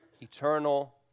eternal